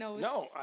No